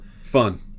Fun